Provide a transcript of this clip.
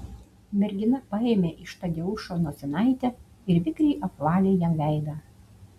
mergina paėmė iš tadeušo nosinaitę ir vikriai apvalė jam veidą